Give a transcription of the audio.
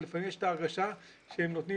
כי לפעמים יש את ההרגשה שהם נותנים